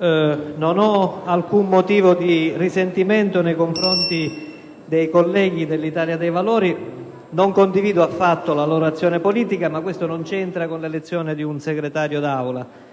Io non ho alcun motivo di risentimento nei confronti dei colleghi dell'Italia dei Valori. Non condivido la loro azione politica, ma questo non ha nulla a che fare con l'elezione di un Segretario d'Aula.